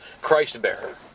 Christ-bearer